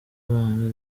rwanda